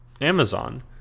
Amazon